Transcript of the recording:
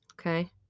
Okay